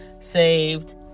Saved